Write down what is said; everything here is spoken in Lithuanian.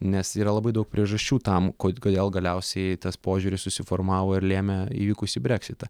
nes yra labai daug priežasčių tam kod kodėl galiausiai tas požiūris susiformavo ir lėmė įvykusį breksitą